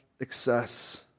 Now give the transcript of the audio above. Excess